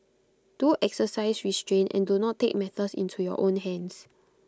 do exercise restraint and do not take matters into your own hands